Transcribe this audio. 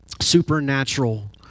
supernatural